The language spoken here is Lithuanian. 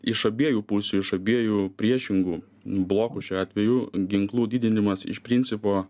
iš abiejų pusių iš abiejų priešingų blokų šiuo atveju ginklų didinimas iš principo